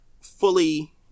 fully